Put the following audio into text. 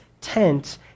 tent